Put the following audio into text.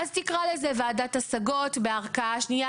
אז תקרא לזה ועדת השגות בערכאה שנייה,